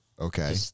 Okay